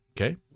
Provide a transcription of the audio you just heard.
Okay